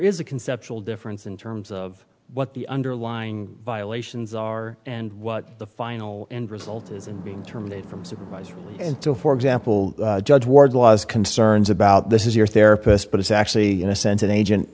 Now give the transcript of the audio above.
is a conceptual difference in terms of what the underlying violations are and what the final end result is and being terminated from supervisors and so for example judge ward laws concerns about this is your therapist but it's actually in a sense an agent